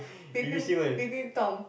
peeping peeping tom